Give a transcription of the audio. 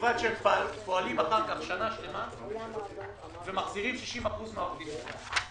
ובלבד שהם פועלים אחר כך שנה שלמה ומחזירים 60%. אגב,